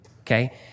Okay